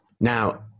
Now